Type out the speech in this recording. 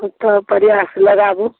तऽ प्रआस लगाबू